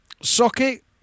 socket